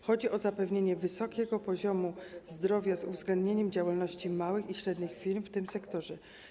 Chodzi o zapewnienie wysokiego poziomu ochrony zdrowia, z uwzględnieniem działalności małych i średnich firm w tym sektorze.